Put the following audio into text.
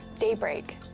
Daybreak